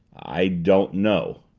i don't know.